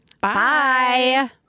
Bye